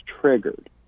triggered